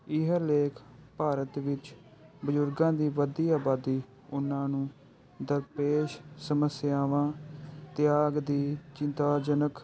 ਇਹ ਲੇਖ ਭਾਰਤ ਵਿੱਚ ਬਜ਼ੁਰਗਾਂ ਦੀ ਵੱਧਦੀ ਆਬਾਦੀ ਉਹਨਾਂ ਨੂੰ ਦਰਪੇਸ਼ ਸਮੱਸਿਆਵਾਂ ਤਿਆਗ ਦੀ ਚਿੰਤਾਜਨਕ